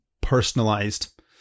personalized